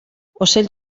ocell